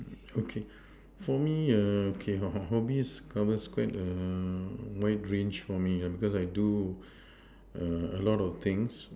okay for me okay hobbies covers quite a a wide range for me because I do a lot of things